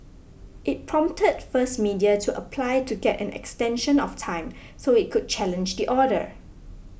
it prompted First Media to apply to get an extension of time so it could challenge the order